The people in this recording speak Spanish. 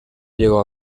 llegó